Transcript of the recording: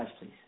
please